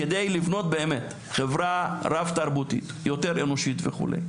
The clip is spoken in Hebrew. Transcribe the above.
כדי לבנות באמת חברה רב תרבותית יותר אנושית וכו',